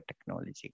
technology